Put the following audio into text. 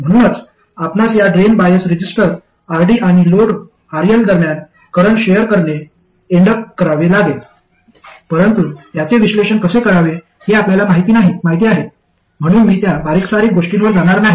म्हणूनच आपणास या ड्रेन बायस रेझिस्टर RD आणि लोड RL दरम्यान करंट शेअर करणे एन्ड अप करावे लागेल परंतु त्याचे विश्लेषण कसे करावे हे आपल्याला माहिती आहे म्हणून मी त्या बारीकसारीक गोष्टीवर जाणार नाही